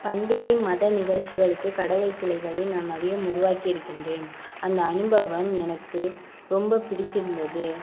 பண்டிகை மத நிகழ்ச்சிகளுக்கு கடவுள் சிலைகளை நான் அதிகம் உருவாக்கி இருக்கின்றேன் அந்த அனுபவம் எனக்கு ரொம்ப பிடித்திருந்தது